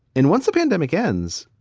and once a pandemic ends,